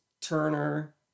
Turner